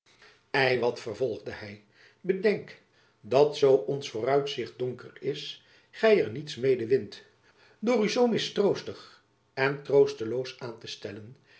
wat vervolgde hy bedenk dat zoo ons vooruitzicht donker is gy er niets mede wint door u zoo mismoedig en troosteloos aan te stellen